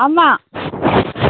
ஆமாம்